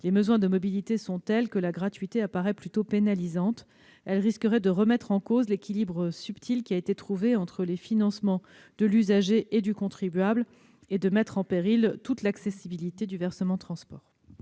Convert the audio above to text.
les besoins de mobilité sont tels que la gratuité apparaît plutôt pénalisante ; elle risquerait de remettre en cause l'équilibre subtil qui a été trouvé entre les financements de l'usager et du contribuable et de mettre en péril toute l'accessibilité du versement transport.